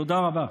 תודה רבה.